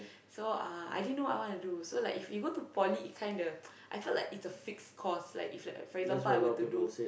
so uh I didn't know what I want to do so like if you to like Poly it kinda I felt like it's a fixed course like if like for example I would to do